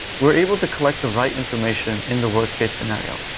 we're able to collect the right information in the worst-case scenario.